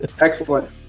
Excellent